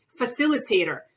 facilitator